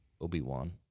Obi-Wan